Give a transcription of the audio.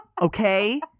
Okay